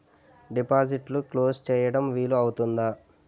డిపాజిట్లు క్లోజ్ చేయడం వీలు అవుతుందా?